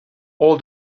all